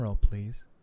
please